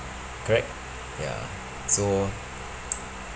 correct ya so